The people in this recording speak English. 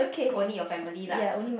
only your family lah